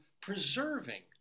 preserving